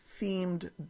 themed